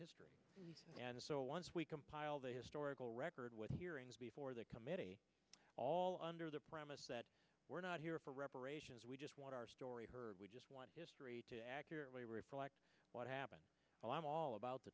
history and so once we compile the historical record with hearings before the committee all under the premise that we're not here for reparations we just want our story heard we just want history to accurately reflect what happened i'm all about the